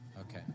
Okay